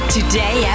Today